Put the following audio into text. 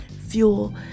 fuel